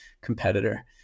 competitor